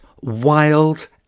wild